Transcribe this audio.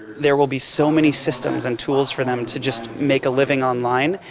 there will be so many systems and tools for them to just make a living online,